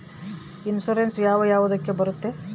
Insurance ಯಾವ ಯಾವುದಕ್ಕ ಬರುತ್ತೆ?